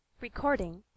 Recording